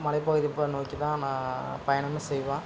மலை பகுதியை பா நோக்கி தான் நான் பயணமும் செய்வேன்